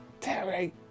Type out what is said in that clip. terry